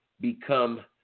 become